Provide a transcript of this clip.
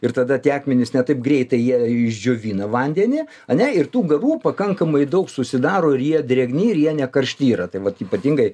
ir tada tie akmenys ne taip greitai jie išdžiovina vandenį ane ir tų garų pakankamai daug susidaro ir jie drėgni ir jie nekaršti yra tai vat ypatingai